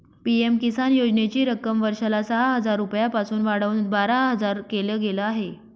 PM किसान योजनेची रक्कम वर्षाला सहा हजार रुपयांपासून वाढवून बारा हजार केल गेलं आहे